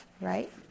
right